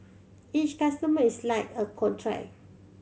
each customer is like a contract